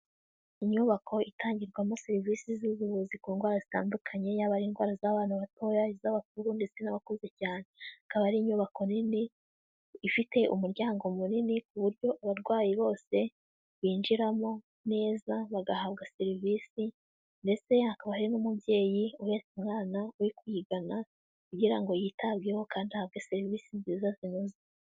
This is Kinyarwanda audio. Inyubako itangirwamo serivisi z'ubuvuzi ku ndwara zitandukanye yaba ari indwara z'abana batoya, izabakuru ndetse n'abakuze cyane, ikaba ari inyubako nini ifite umuryango munini ku buryo abarwayi bose binjiramo neza bagahabwa serivisi ndetse hakaba hari n'umubyeyi uhetse umwana we kuyigana kugira ngo yitabweho kandi ahabwe serivisi nziza zinoze.